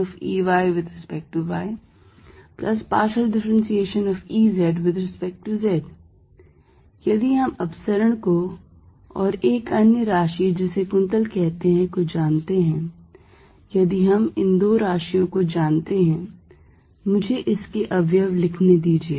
Divergence ExδxEyδyEzδz यदि हम अपसरण को और एक अन्य राशि जिसे कुंतल कहते हैं को जानते हैं यदि हम इन दो राशियों को जानते हैं मुझे इसके अवयव लिखने दीजिए